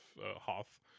Hoth